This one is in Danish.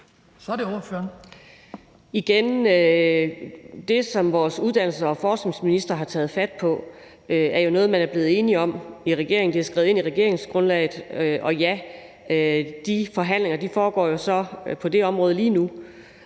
Igen vil jeg sige: Det, som vores uddannelses- og forskningsminister har taget fat på, er jo noget, man er blevet enige om i regeringen; det er skrevet ind i regeringsgrundlaget. Og ja, de forhandlinger foregår jo så på det område lige nu,